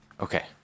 Okay